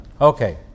Okay